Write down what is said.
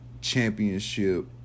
championship